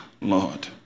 Lord